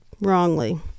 wrongly